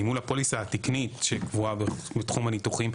ואני מול הפוליסה התקנית שקבועה בתחום הניתוחים,